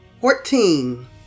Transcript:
Fourteen